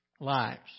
lives